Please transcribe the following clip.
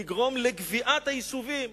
לגרום לגוויעת היישובים.